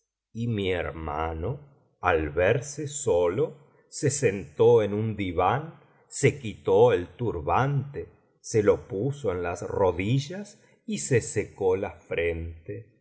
y mi hermano al verse solo se sentó en un diván se quitó el turbante se lo puso en las rodillas y se secó la frente